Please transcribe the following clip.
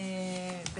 זה